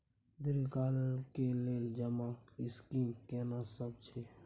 दीर्घ काल के लेल जमा स्कीम केना सब छै?